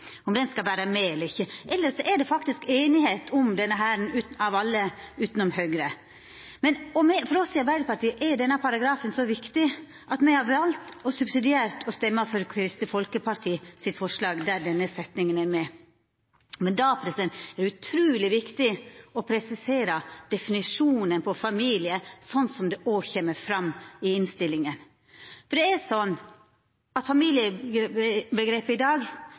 om setninga om at familien er ein grunnleggjande eining i samfunnet skal vera med eller ikkje. Elles er det faktisk einigheit om denne mellom alle utan Høgre. For oss i Arbeidarpartiet er denne paragrafen så viktig at me har valt subsidiært å stemma for Kristeleg Folkeparti sitt forslag, der denne setninga er med. Men det er utruleg viktig å presisera definisjonen av familie, slik det òg kjem fram i innstillinga. Det er slik at familieomgrepet i dag